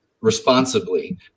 responsibly